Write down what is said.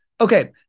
Okay